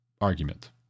argument